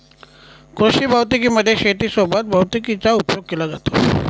कृषी भौतिकी मध्ये शेती सोबत भैतिकीचा उपयोग केला जातो